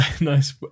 nice